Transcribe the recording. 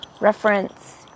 reference